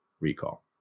recall